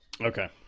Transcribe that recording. Okay